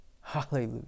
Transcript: Hallelujah